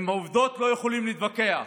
עם עובדות לא יכולים להתווכח,